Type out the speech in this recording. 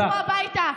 תלכו הביתה,